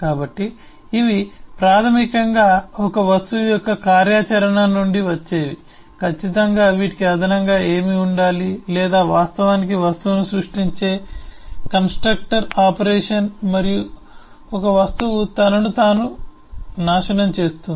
కాబట్టి ఇవి ప్రాథమికంగా ఒక వస్తువు యొక్క కార్యాచరణ నుండి వచ్చేవి ఖచ్చితంగా వీటికి అదనంగా ఏమి ఉండాలి లేదా వాస్తవానికి వస్తువును సృష్టించే కన్స్ట్రక్టర్ ఆపరేషన్ మరియు ఒక వస్తువు తనను తాను నాశనం చేస్తుంది